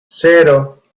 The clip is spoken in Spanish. cero